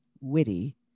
witty